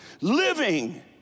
living